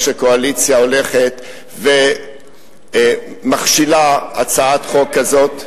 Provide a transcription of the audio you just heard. קואליציה הולכת ומכשילה הצעת חוק כזאת.